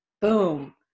boom